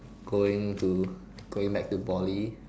going to going back to Poly